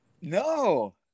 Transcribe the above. No